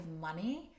money